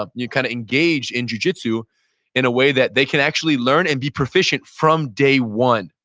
ah you kind of engage in jujitsu in a way that they can actually learn and be proficient from day one.